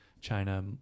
China